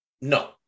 No